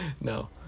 No